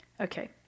Okay